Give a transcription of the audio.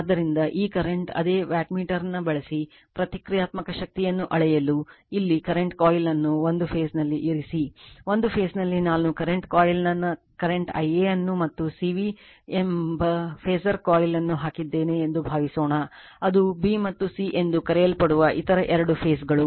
ಆದ್ದರಿಂದ ಈ ಕರೆಂಟ್ ಅದೇ ವ್ಯಾಟ್ಮೀಟರ್ ಬಳಸಿ ಪ್ರತಿಕ್ರಿಯಾತ್ಮಕ ಶಕ್ತಿಯನ್ನು ಅಳೆಯಲು ಇಲ್ಲಿ ಕರೆಂಟ್ ಕಾಯಿಲ್ ನ್ನು ಒಂದು ಫೇಸ್ ನಲ್ಲಿ ಇರಿಸಿ ಒಂದು ಫೇಸ್ ನಲ್ಲಿ ನಾನು ಕರೆಂಟ್ ಕಾಯ್ಲ್ ನ ಕರೆಂಟ್ Ia ಅನ್ನು ಮತ್ತು C V ಎಂಬ ಫಾಸರ್ ಕಾಯಿಲ್ ಅನ್ನು ಹಾಕಿದ್ದೇನೆ ಎಂದು ಭಾವಿಸೋಣ ಅದು b ಮತ್ತು c ಎಂದು ಕರೆಯಲ್ಪಡುವ ಇತರ ಎರಡು ಫೇಸ್ಗಳು